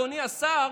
אדוני השר,